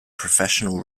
professional